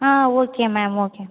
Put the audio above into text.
ah okay ma'am okay